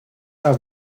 are